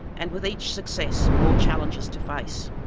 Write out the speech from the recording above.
and with each success, more challenges to face.